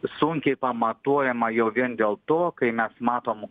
sunkiai pamatuojama jau vien dėl to kai mes matom